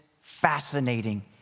fascinating